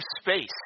space